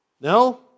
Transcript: No